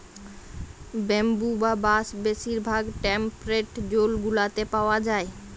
bamboo বা বাঁশ বেশির ভাগ টেম্পরেট জোল গুলাতে পাউয়া যায়